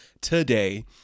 today